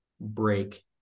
break